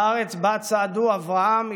בארץ שבה צעדו אברהם,